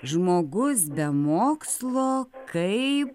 žmogus be mokslo kaip